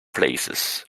places